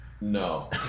No